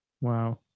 Wow